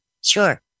Sure